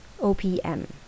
opm